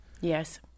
Yes